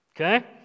Okay